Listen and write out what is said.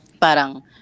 parang